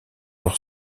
leur